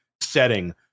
setting